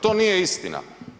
To nije istina.